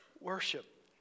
worship